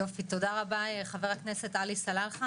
יופי תודה רבה חבר הכנסת עלי סלאלחה,